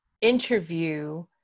interview